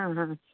हां हां